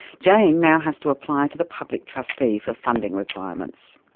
jane now has to apply to the public trustee for funding requirements.